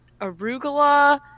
arugula